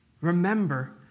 Remember